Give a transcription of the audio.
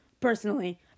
personally